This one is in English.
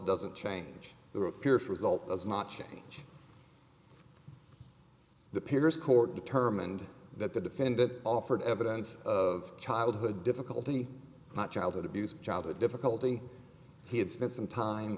doesn't change their appearance result does not change the piers court determined that the defendant offered evidence of childhood difficulty not childhood abuse childhood difficulty he had spent some time